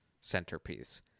centerpiece